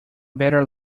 better